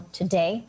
today